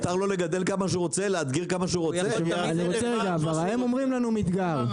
הם אומרים לנו מדגר.